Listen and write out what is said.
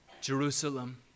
Jerusalem